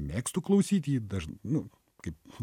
mėgstu klausyti jį dažnai nu kaip